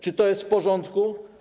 Czy to jest w porządku?